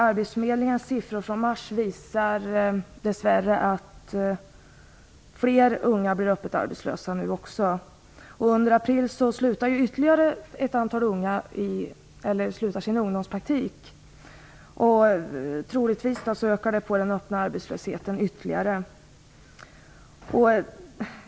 Arbetsförmedlingens siffror från mars visar dess värre att fler unga blir öppet arbetslösa. Under april slutar ytterligare ett antal unga sin ungdomspraktik. Troligtvis ökar då den öppna arbetslösheten ytterligare.